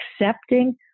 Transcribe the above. Accepting